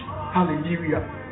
Hallelujah